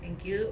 thank you